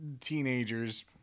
teenagers